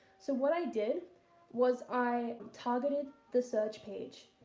so what i did was i targeted the search page,